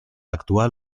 actual